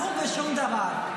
כלום ושום דבר.